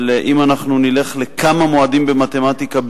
אבל אם אנחנו נלך לכמה מועדים במתמטיקה,